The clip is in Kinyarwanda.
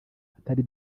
hatari